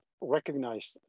recognized